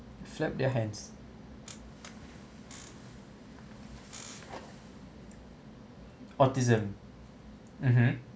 their hands autism mmhmm